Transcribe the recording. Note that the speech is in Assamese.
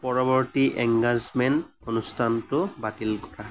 পৰৱৰ্তী এংগেজমেন্ট অনুষ্ঠানটো বাতিল কৰা